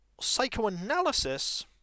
psychoanalysis